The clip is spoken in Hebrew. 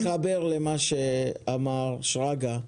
זה מתחבר למה שאמר שרגא.